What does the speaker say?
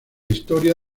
historia